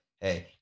hey